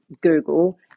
Google